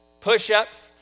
push-ups